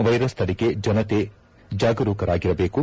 virus ತಡೆಗೆ ಜನತೆ ಜಾಗರೂಕರಾಗಿರಬೇಕು